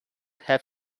have